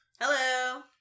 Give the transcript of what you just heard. Hello